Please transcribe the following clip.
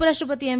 ઉપરાષ્ટ્રપતિ એમ